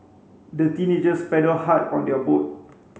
the teenagers paddled hard on their boat